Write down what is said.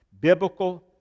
Biblical